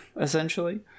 essentially